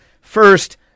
first